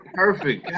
perfect